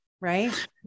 right